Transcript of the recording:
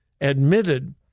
admitted